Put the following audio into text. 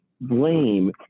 blame